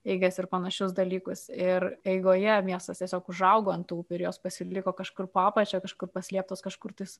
eigas ir panašius dalykus ir eigoje miestas tiesiog užaugo ant tų kurios pasiliko kažkur po apačia kažkur paslėptos kažkur tais